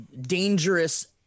dangerous